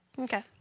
Okay